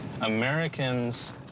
Americans